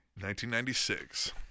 1996